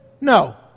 no